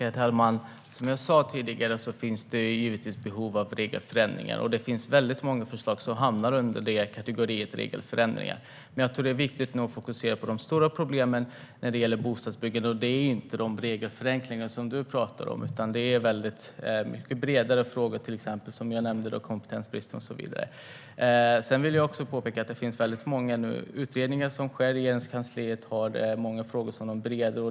Herr talman! Som jag sa tidigare finns det givetvis behov av regelförändringar. Det finns väldigt många förslag som hamnar under kategorin regelförändringar. Men jag tror att det är viktigt att nu fokusera på de stora problemen när det gäller bostadsbyggande, och det är inte de regelförenklingar som Ola Johansson pratar om, utan det är mycket bredare frågor, till exempel kompetensbristen som jag nämnde. Sedan vill jag påpeka att det är väldigt många utredningar som görs. Regeringskansliet har många frågor under beredning.